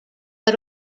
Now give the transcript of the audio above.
but